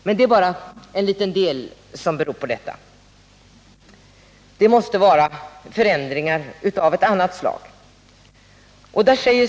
Men detta är bara en liten del av förklaringen. Förändringar av annat slag måste ske.